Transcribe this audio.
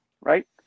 right